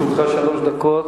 לרשותך שלוש דקות.